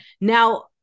now